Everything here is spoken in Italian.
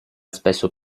spesso